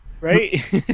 right